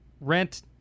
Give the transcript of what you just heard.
rent